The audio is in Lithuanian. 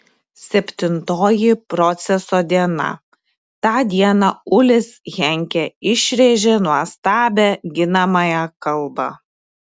septintoji proceso diena tą dieną ulis henkė išrėžė nuostabią ginamąją kalbą